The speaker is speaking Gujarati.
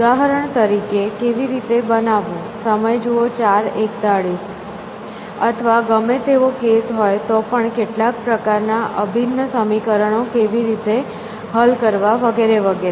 ઉદાહરણ તરીકે કેવી રીતે બનાવવું અથવા ગમે તેવો કેસ હોય તો પણ કેટલાક પ્રકારનાં અભિન્ન સમીકરણો કેવી રીતે હલ કરવા વગેરે વગેરે